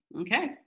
Okay